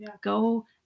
Go